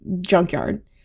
junkyard